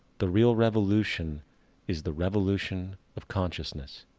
the real revolution is the revolution of consciousness,